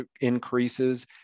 increases